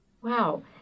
Wow